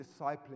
discipling